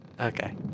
Okay